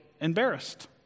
embarrassed